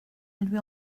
lui